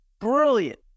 Brilliant